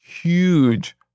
huge